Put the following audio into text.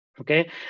Okay